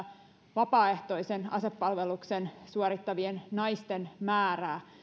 vapaaehtoisen asepalveluksen suorittavien naisten määrää